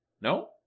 No